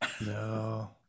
No